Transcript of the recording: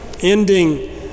ending